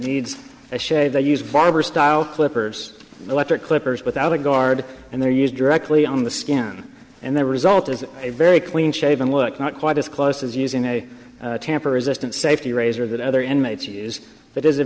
needs a shave they use barber style clippers electric clippers without a guard and they're used directly on the skin and the result is a very clean shaven look not quite as close as using a tamper resistant safety razor that other